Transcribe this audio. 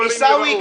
עיסאווי,